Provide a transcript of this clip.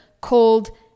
called